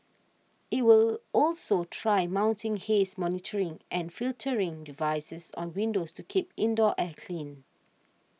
it will also try mounting haze monitoring and filtering devices on windows to keep indoor air clean